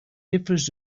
difference